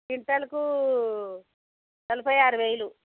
క్వింటాల్కు నలభై ఆరు వేలు